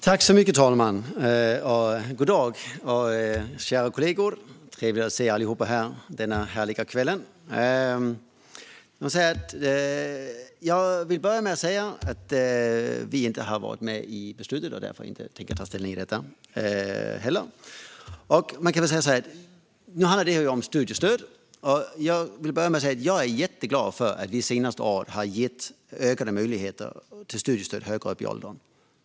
Fru talman! God dag, kära kollegor! Det är trevligt att se alla här denna härliga kväll. Jag vill börja med att säga att vi inte har varit med i beslutet och därför inte tänker ta ställning i detta heller. Nu handlar detta om studiestöd. Jag är jätteglad över att vi de senaste åren har gett ökade möjligheter till studiestöd högre upp i åldrarna.